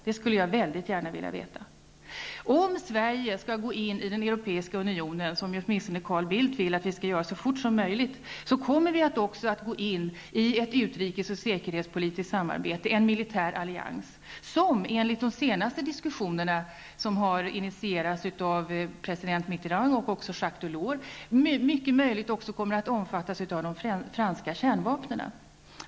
Det skulle jag väldigt gärna vilja veta. Om Sverige skall gå in i den Europeiska unionen, som åtminstone Carl Bildt vill att vi skall göra så fort som möjligt, kommer vi också att gå in i ett utrikesoch säkerhetspolitiskt samarbete, en militär allians, som enligt de senaste diskussionerna som har initierats av president Mitterrand och även av Jacques Delors troligen kommer att omfatta de franska kärnvapnen.